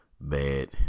bad